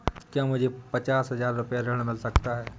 क्या मुझे पचास हजार रूपए ऋण मिल सकता है?